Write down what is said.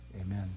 Amen